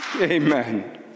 amen